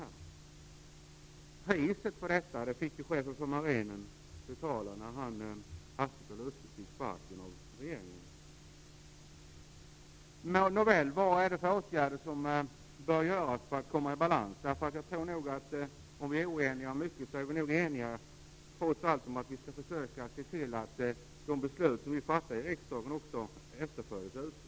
Priset fick chefen för marinen betala när han hastigt och lustigt fick sparken av regeringen. Vad är det för åtgärder som bör vidtas för att man skall komma i balans? Även om vi är oeniga om mycket är vi nog trots allt eniga om att vi skall försöka se till att de beslut som vi fattar i riksdagen också efterföljs ute i landet.